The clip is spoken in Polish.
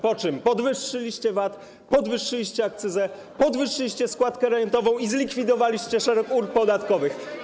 Po czym podwyższyliście VAT, podwyższyliście akcyzę, podwyższyliście składkę rentową i zlikwidowaliście szereg ulg podatkowych.